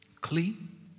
clean